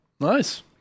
Nice